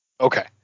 Okay